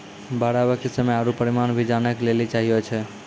बाढ़ आवे के समय आरु परिमाण भी जाने लेली चाहेय छैय?